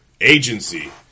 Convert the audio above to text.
agency